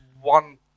one